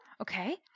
okay